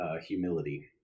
humility